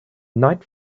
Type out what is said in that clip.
night